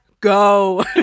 go